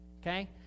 Okay